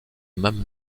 même